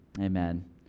Amen